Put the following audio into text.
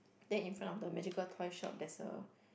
then in front of the magical toy shop there's a